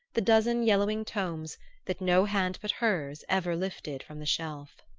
the dozen yellowing tomes that no hand but hers ever lifted from the shelf.